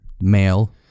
male